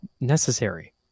necessary